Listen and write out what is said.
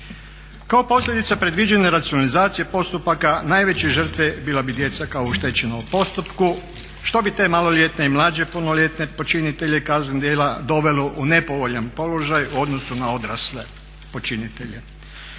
Kao posljedica predviđene racionalizacije postupaka najveće žrtve bila bi djeca kao u oštećenom postupku što bi te maloljetne i mlađe punoljetne počinitelje kaznenih djela dovelo u nepovoljan položaj u odnosu na odrasle počinitelje.